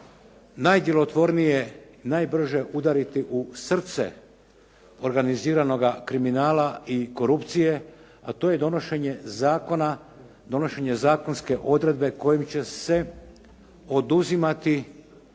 najdjelotvornije, najbrže udariti u srce organiziranoga kriminala i korupcije a to je donošenje zakona, donošenje zakonske odredbe kojim će se oduzimati